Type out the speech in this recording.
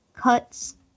Cuts